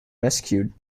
rescued